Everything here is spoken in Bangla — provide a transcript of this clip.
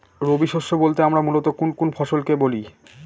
রবি শস্য বলতে আমরা মূলত কোন কোন ফসল কে বলি?